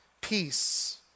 peace